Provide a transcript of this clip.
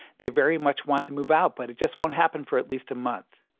they very much want to move out, but it just won't happen for at least a month.